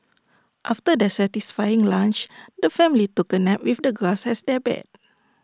after their satisfying lunch the family took A nap with the grass as their bed